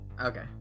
Okay